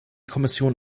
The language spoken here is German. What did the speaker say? kommission